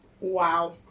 Wow